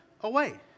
away